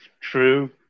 true